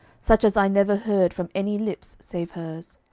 such as i never heard from any lips save hers